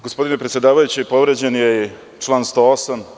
Gospodine predsedavajući, povređen je član 108.